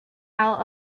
out